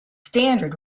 standard